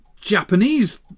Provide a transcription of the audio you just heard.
Japanese